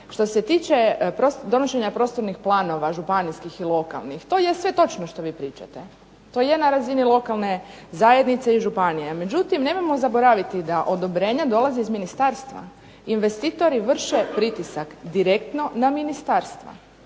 što se tiče donošenja prostornih planova županijskih i lokalnih to je sve točno što vi pričate, to je na razini lokalne zajednice i županije. Međutim, nemojmo zaboraviti da odobrenja dolaze iz ministarstva. Investitori vrše pritisak direktno na ministarstva